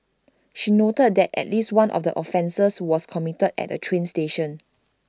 she noted that at least one of the offences was committed at A train station